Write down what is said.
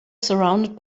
surrounded